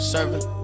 Serving